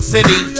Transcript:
City